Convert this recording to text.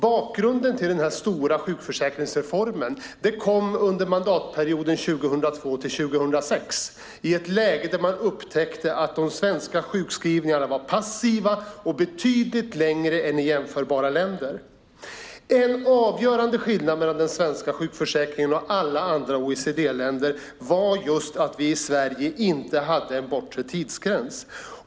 Bakgrunden till den stora sjukförsäkringsreformen var att man under mandatperioden 2002-2006 upptäckte att de svenska sjukskrivningarna var passiva och betydligt längre än i jämförbara länder. En avgörande skillnad mellan den svenska sjukförsäkringen och alla andra OECD-länders var att vi i Sverige inte hade en bortre tidsgräns.